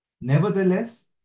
Nevertheless